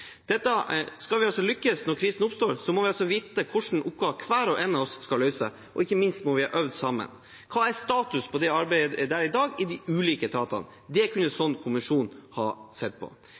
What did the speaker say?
Skal vi lykkes når krisen oppstår, må vi vite hva slags oppgaver hver og en av oss skal løse, og ikke minst må vi ha øvd sammen. Hva er status på det arbeidet i dag i de ulike etatene? Det kunne en sånn kommisjon ha sett på.